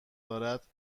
دارد